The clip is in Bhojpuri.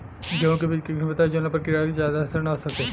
गेहूं के बीज के किस्म बताई जवना पर कीड़ा के ज्यादा असर न हो सके?